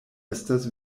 estas